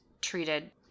treated